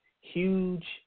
huge